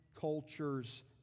cultures